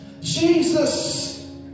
Jesus